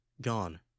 Gone